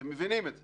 אתם מבינים את זה.